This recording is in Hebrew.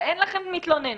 ואין לכם מתלוננת.